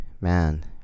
man